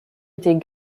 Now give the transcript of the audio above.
était